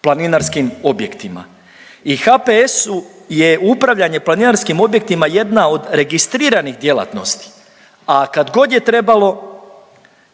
planinarskim objektima i HPS-u je upravljanje planinarskim objektima jedna od registriranih djelatnosti, a kad god je trebalo